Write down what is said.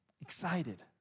excited